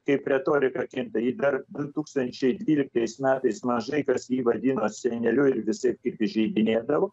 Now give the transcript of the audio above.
kaip retorika kinta jei dar du tūkstančiai dvyliktais metais mažai kas jį vadino seneliu ir visaip kaip įžeidinėdavo